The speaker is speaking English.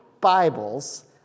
Bibles